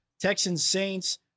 Texans-Saints